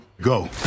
Go